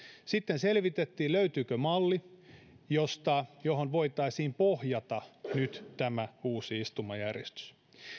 sitten selvitettiin löytyykö malli johon voitaisiin pohjata nyt tämä uusi istumajärjestys